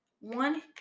One